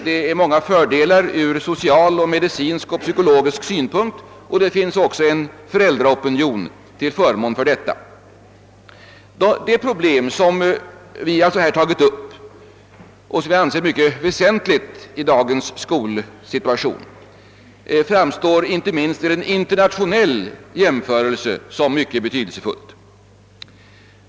Detta har också många fördelar från social, medicinsk och psykologisk synpunkt, och det finns även en föräldraopinion för den saken. Det problem som motionärerna tagit upp och som vi anser vara mycket väsentligt i dagens skolsituation framstår inte minst vid en internationell jämförelse som mycket betydelsefullt.